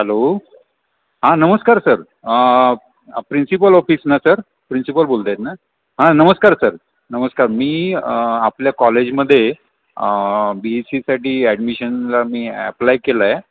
hello हां नमस्कार sir principal office ना सर प्रिन्सिपल बोलत आहेत ना हां नमस्कार सर नमस्कार मी आपल्या कॉलेजमध्ये बी एस सीसाठी ॲडमिशनला मी ॲप्लाय केला आहे